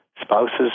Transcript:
spouse's